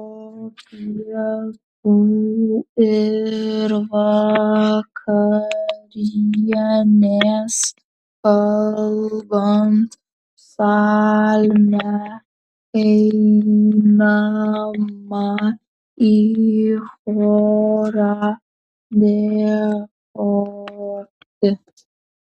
po pietų ir vakarienės kalbant psalmę einama į chorą dėkoti